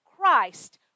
Christ